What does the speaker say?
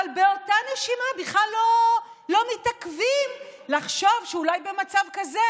אבל באותה נשימה בכלל לא מתעכבים לחשוב שאולי במצב כזה